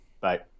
Bye